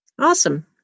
Awesome